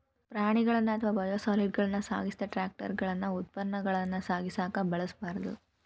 ಪ್ರಾಣಿಗಳನ್ನ ಅಥವಾ ಬಯೋಸಾಲಿಡ್ಗಳನ್ನ ಸಾಗಿಸಿದ ಟ್ರಕಗಳನ್ನ ಉತ್ಪನ್ನಗಳನ್ನ ಸಾಗಿಸಕ ಬಳಸಬಾರ್ದು